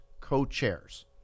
co-chairs